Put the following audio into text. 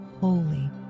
holy